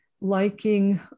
liking